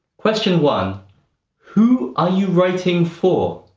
question one who are you writing for?